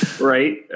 Right